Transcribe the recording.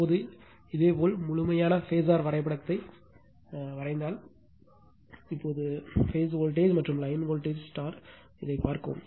இப்போது இதேபோல் முழுமையான பேஸர் வரைபடத்தை இப்போது வரைந்தால் இப்போது இதேபோல் பேஸ் வோல்டேஜ் மற்றும் லைன் வோல்ட்டேஜ் இதைப் பார்க்கவும்